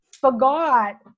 forgot